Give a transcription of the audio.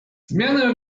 zmianę